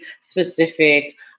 specific